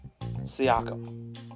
Siakam